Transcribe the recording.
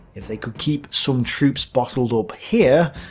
if they could keep some troops bottled up here,